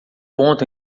ponto